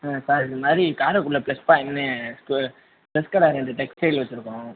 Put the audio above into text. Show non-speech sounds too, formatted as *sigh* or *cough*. ஆ sir இதுமாதிரி காரைக்குடியில *unintelligible* ஸ்டோ dress கடை ரெண்டு டெக்டைல்ஸ் வச்சுருக்கோம்